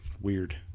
weird